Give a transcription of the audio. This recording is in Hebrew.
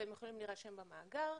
והם יכולים להירשם במאגר.